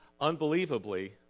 unbelievably